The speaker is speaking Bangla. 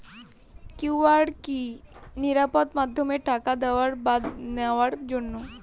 কিউ.আর কি নিরাপদ মাধ্যম টাকা দেওয়া বা নেওয়ার জন্য?